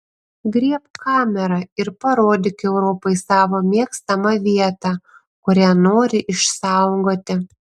griebk kamerą ir parodyk europai savo mėgstamą vietą kurią nori išsaugoti